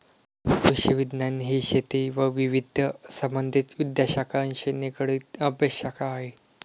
कृषिविज्ञान ही शेती व विविध संबंधित विद्याशाखांशी निगडित अभ्यासशाखा आहे